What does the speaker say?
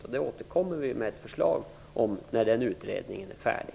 Vi återkommer med ett förslag när den utredningen är färdig.